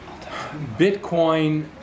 Bitcoin